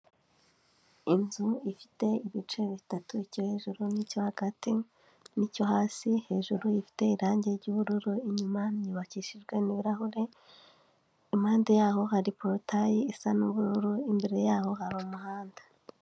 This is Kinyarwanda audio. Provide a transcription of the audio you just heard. Inzu ifite ibice bitatu icyo hejuru n'icyo hagati, n'icyo hasi, hejuru ifite irangi ry'ubururu, inyuma yubakishijwe n'ibirahure, impande yaho hari porotayi isa n'ubururu, imbere yaho hari umuhanda.